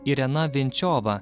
irena venčiova